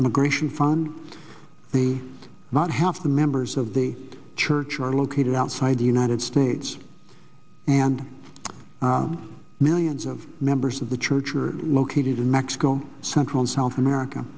immigration found the not have the members of the church are located outside the united states and millions of members of the church are located in mexico central in south america